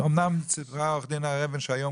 אמנם סיפרה עו"ד הר אבן שהיום